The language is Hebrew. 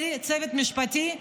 הצוות המשפטי,